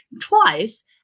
twice